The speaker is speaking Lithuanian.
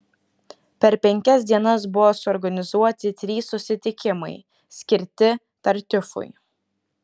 per penkias dienas buvo suorganizuoti trys susitikimai skirti tartiufui